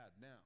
Now